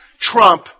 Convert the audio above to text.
trump